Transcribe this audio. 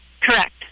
Correct